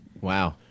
wow